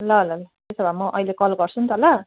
ल ल ल त्यसो भए म अहिले कल गर्छु नि त ल